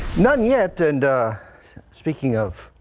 not yet and speaking of.